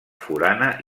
forana